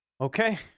Okay